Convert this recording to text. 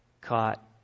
caught